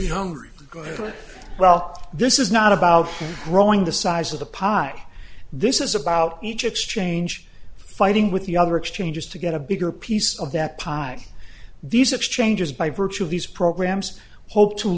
for well this is not about growing the size of the pie this is about each exchange fighting with the other exchanges to get a bigger piece of that pie these exchanges by virtue of these programs we hope to